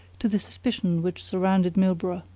to the suspicion which surrounded milburgh.